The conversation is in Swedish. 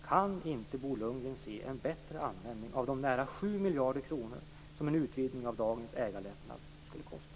Kan inte Bo Lundgren se en bättre användning av de nära 7 miljarder kronor som en utvidgning av dagens ägarlättnad skulle kosta?